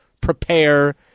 prepare